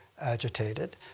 agitated